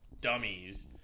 dummies